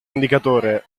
indicatore